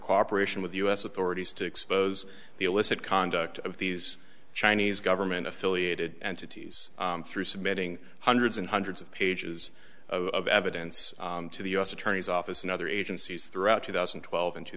cooperation with the u s authorities to expose the illicit conduct of these chinese government affiliated entities through submitting hundreds and hundreds of pages of evidence to the u s attorney's office and other agencies throughout two thousand and twelve and two